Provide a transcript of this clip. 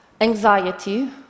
anxiety